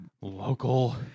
local